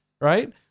right